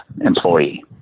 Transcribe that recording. employee